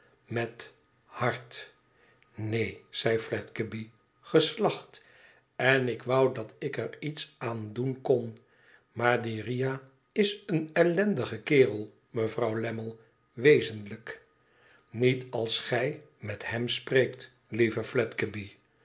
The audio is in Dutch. met hart neen zei fledgeby geslacht en ik wou dat ik er iets aan doen kon maar die riah is een ellendige kerel mevrouw lammie wezenlijk niet als gij met hem spreekt lieve